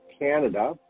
Canada